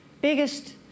biggest